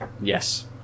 Yes